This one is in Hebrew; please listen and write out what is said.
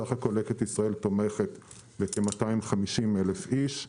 בסך הכול לקט ישראל תומכת בכ-250,000 איש.